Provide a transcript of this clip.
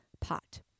pot